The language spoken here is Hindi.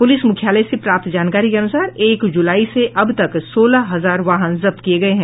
पुलिस मुख्यालय से प्राप्त जानकारी के अनुसार एक जुलाई से अब तक सोलह हजार वाहन जब्त किये गये हैं